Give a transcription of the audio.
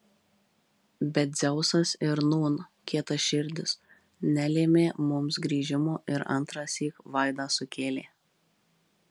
bet dzeusas ir nūn kietaširdis nelėmė mums grįžimo ir antrąsyk vaidą sukėlė